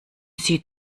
sie